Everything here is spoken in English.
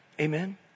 Amen